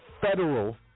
Federal